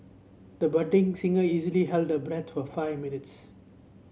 the budding singer easily held her breath for five minutes